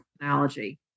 analogy